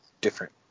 different